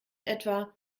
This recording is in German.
etwa